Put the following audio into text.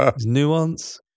Nuance